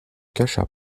cacha